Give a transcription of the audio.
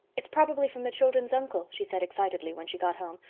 it's probably from the children's uncle, she said excitedly, when she got home.